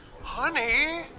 Honey